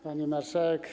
Pani Marszałek!